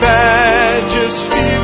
majesty